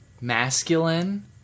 masculine